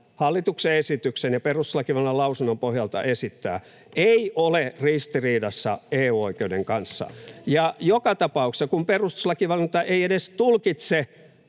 hallituksen esityksen ja perustuslakivaliokunnan lausunnon pohjalta esittää, ei ole ristiriidassa EU-oikeuden kanssa. [Sosiaalidemokraattien ryhmästä: